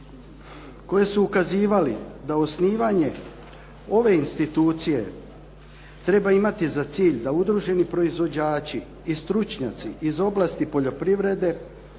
koje su ukazivali da osnivanje ove institucije treba imati za cilj da udruženi proizvođači i stručnjaci iz oblasti poljoprivrede